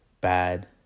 bad